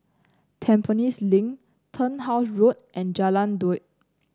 Tampines Link Turnhouse Road and Jalan Daud